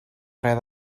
res